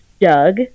Doug